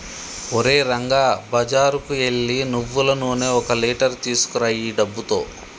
ఓరే రంగా బజారుకు ఎల్లి నువ్వులు నూనె ఒక లీటర్ తీసుకురా ఈ డబ్బుతో